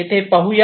येथे आपण पाहू